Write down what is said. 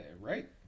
right